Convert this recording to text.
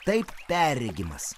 taip perregimas